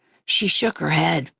she shook her head.